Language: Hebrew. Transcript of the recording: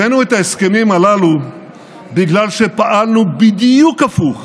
הבאנו את ההסכמים הללו בגלל שפעלנו בדיוק הפוך,